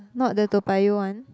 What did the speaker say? not the Toa-Payoh one